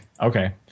okay